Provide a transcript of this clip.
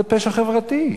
זה פשע חברתי.